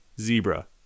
zebra